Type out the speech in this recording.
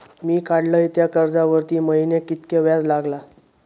मी काडलय त्या कर्जावरती महिन्याक कीतक्या व्याज लागला?